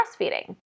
breastfeeding